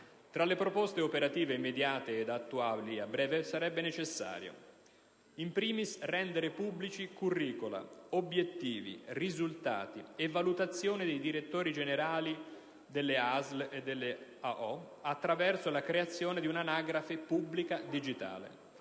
tra le proposte operative immediate ed attuabili a breve sarebbe necessario: 1) rendere pubblici curricula, obiettivi, risultati e valutazioni dei Direttori Generali di AO e ASL attraverso la creazione di una anagrafe pubblica digitale;